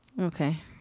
Okay